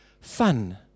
fun